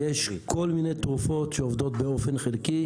יש כל מיני תרופות שעובדות באופן חלקי.